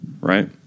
right